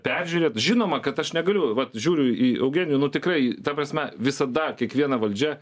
peržiūrėt žinoma kad aš negaliu vat žiūriu į eugenijų nu tikrai ta prasme visada kiekviena valdžia